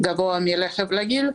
גבוה מרכב רגיל,